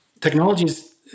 technologies